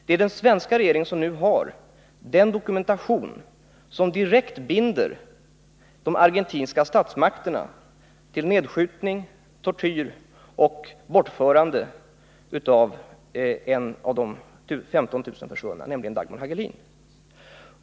Det är den svenska regeringen som har den dokumentation som direkt binder de argentinska statsmakterna till nedskjutning, tortyr och bortförande av en av de 15 000 personerna, nämligen Dagmar Hagelin.